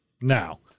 now